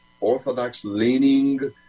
Orthodox-leaning